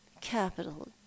capital